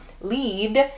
lead